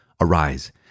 Arise